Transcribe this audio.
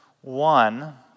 one